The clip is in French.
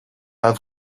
pas